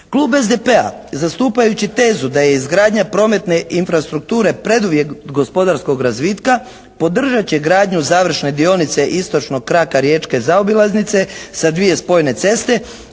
Klub SDP-a zastupajući tezu da je izgradnja prometne infrastrukture preduvjet gospodarskog razvitka, podržat će gradnju završne dionice istočnog kraka Riječke zaobilaznice sa dvije spojene ceste,